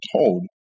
told